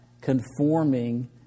conforming